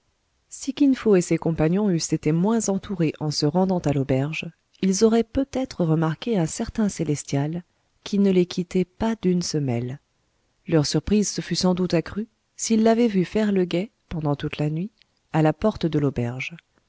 si kin fo et ses compagnons eussent été moins entourés en se rendant à l'auberge ils auraient peut-être remarqué un certain célestial qui ne les quittait pas d'une semelle leur surprise se fût sans doute accrue s'ils l'avaient vu faire le guet pendant toute la nuit à la porte de l'auberge